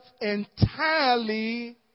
entirely